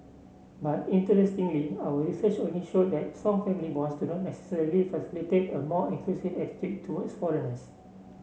but interestingly our research only show that strong family bonds do not necessarily facilitate a more inclusive attitude towards foreigners